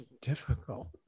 difficult